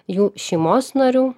jų šeimos narių